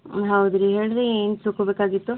ಹಾಂ ಹೌದು ರೀ ಹೇಳಿ ರೀ ಏನು ತಿಳ್ಕೊಬೇಕಾಗಿತ್ತು